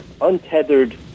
untethered